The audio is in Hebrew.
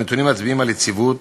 הנתונים מצביעים על יציבות